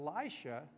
Elisha